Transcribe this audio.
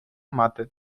мати